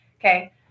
Okay